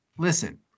Listen